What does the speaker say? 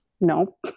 No